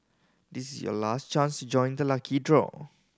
this is your last chance to join the lucky draw